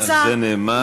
על זה נאמר,